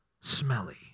smelly